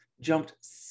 jumped